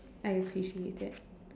I appreciate that